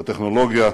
בטכנולוגיה,